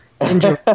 Enjoy